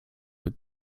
with